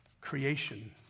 creation